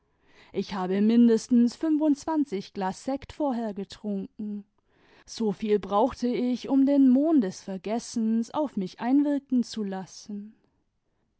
ich habe mindestens fünfundzwanzig glas sekt vorher getrunken soviel brauchte ich um den mohn des vergessens auf mich einwirken zu lassen